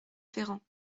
ferrand